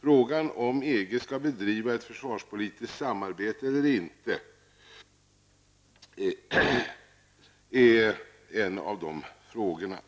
Frågan om EG skall bedriva ett försvarspolitiskt samarbete eller inte är en av de frågorna.